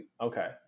okay